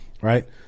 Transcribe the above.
Right